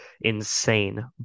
insane